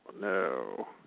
no